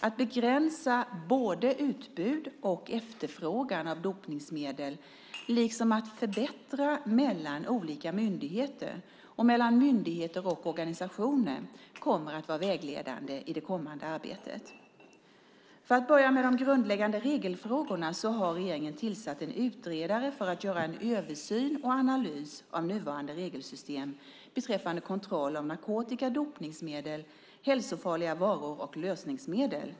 Att begränsa både utbud och efterfrågan av dopningsmedel liksom att förbättra samarbetet mellan olika myndigheter och mellan myndigheter och organisationer kommer att vara vägledande i det kommande arbetet. För att börja med de grundläggande regelfrågorna har regeringen tillsatt en utredare för att göra en översyn och analys av nuvarande regelsystem beträffande kontroll av narkotika, dopningsmedel, hälsofarliga varor och lösningsmedel.